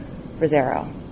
Rosero